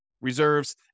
Reserves